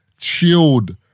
chilled